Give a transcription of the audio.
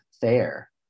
fair